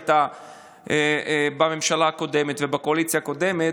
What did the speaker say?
היא הייתה בממשלה הקודמת ובקואליציה הקודמת.